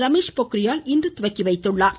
ரமேஷ் பொக்ரியால் இன்று துவக்கிவைத்தார்